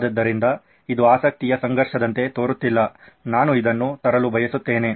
ಆದ್ದರಿಂದ ಇದು ಆಸಕ್ತಿಯ ಸಂಘರ್ಷದಂತೆ ತೋರುತ್ತಿಲ್ಲ ನಾನು ಇದನ್ನು ತರಲು ಬಯಸುತ್ತೇನೆ